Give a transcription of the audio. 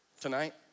tonight